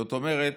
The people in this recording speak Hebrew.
זאת אומרת,